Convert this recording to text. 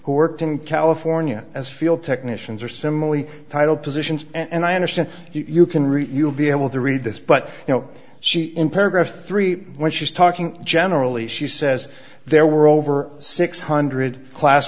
who worked in california as field technicians are similarly title positions and i understand you can read you'll be able to read this but you know she in paragraph three when she's talking generally she says there were over six hundred class